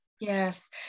yes